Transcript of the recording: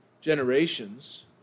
Generations